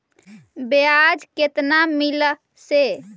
बियाज केतना मिललय से?